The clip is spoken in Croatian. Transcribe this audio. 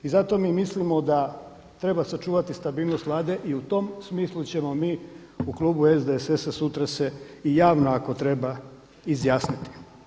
I zato mi mislimo da treba sačuvati stabilnost Vlade i u tom smislu ćemo mi u klubu SDSS-a sutra se i javno ako treba izjasniti.